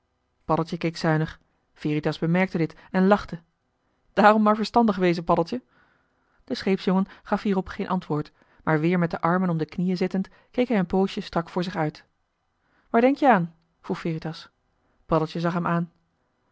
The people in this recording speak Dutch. paddeltje keek zuinig veritas bemerkte dit en lachte daarom maar verstandig wezen paddeltje de scheepsjongen gaf hierop geen antwoord maar weer met de armen om de knieën zittend keek hij een poosje strak voor zich uit waar denk-je aan vroeg veritas paddeltje zag hem aan